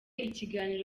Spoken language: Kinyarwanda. ikiganiro